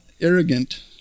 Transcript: arrogant